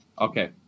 Okay